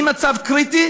ממצב קריטי